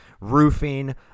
roofing